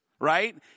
right